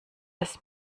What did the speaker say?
das